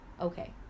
okay